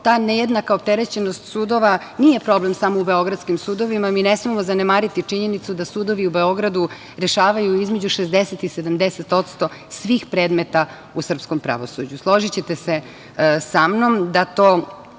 ta nejednaka opterećenost sudova nije problem samo u beogradskim sudovima. Mi ne smemo zanemariti činjenicu da sudovi u Beogradu rešavaju između 60% ili 70% svih predmeta u srpskom pravosuđu. Složićete se sa mnom da to